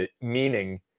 meaning